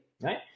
right